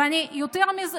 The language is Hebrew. ויותר מזה,